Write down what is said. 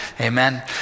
Amen